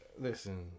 listen